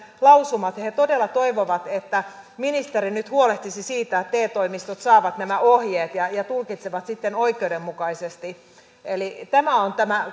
lausumamme ja he todella toivovat että ministeri nyt huolehtisi siitä että te toimistot saavat nämä ohjeet ja ja tulkitsevat sitten oikeudenmukaisesti eli tämä on tämä